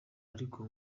ariko